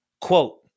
Quote